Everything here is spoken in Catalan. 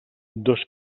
dos